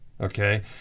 Okay